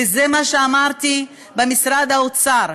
וזה מה שאמרתי במשרד האוצר,